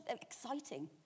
exciting